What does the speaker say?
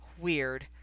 Weird